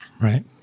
Right